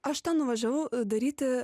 aš nuvažiavau daryti